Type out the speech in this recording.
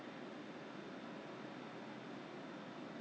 so does that mean 你的那个 freight forwarding cost is